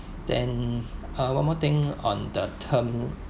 then uh one more thing on the term